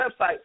website